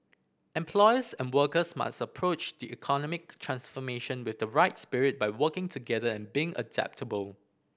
employers and workers must approach the economic transformation with the right spirit by working together and being adaptable